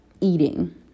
eating